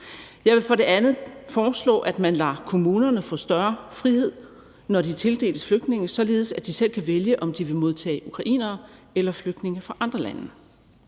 Jeg vil for det andet foreslå, at man lader kommunerne få større frihed, når de tildeles flygtninge, således at de selv kan vælge, om de vil modtage ukrainere eller flygtninge fra andre lande.